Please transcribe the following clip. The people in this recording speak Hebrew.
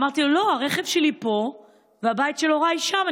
אמרתי לו: לא, הרכב שלי פה והבית של הוריי שם.